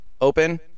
open